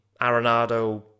Arenado